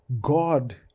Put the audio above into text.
God